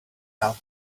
help